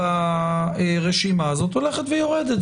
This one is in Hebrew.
ברשימה זאת הולכת ויורדת,